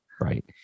Right